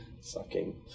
sucking